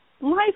life